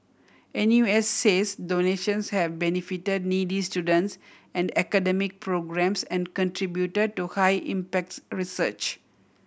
N U S says donations have benefited needy students and academic programmes and contribute to high impacts research